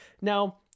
now